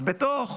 אז בזמן